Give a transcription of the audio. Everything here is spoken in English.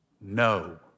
no